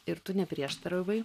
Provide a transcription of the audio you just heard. ir tu neprieštaravai